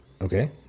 Okay